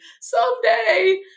someday